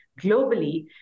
globally